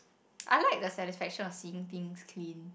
I like the satisfaction of seeing things clean